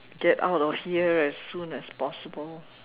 get out of here as soon as possible